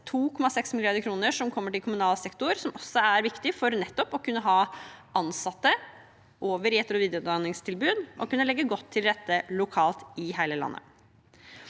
2,6 mrd. kr som kommer til kommunal sektor, som også er viktig for nettopp å kunne ha ansatte over i etter- og videreutdanningstilbud og kunne legge godt til rette lokalt i hele landet.